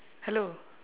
hello